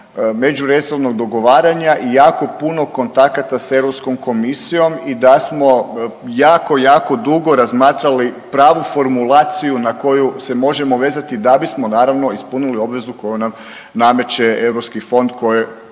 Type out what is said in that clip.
međuresornog dogovaranja i jako puno kontakata s europskom komisijom, i da smo jako jako dugo razmatrali pravu formulaciju na koju se možemo vezati da bismo naravno ispunili obavezu koju nam nameće europski fond na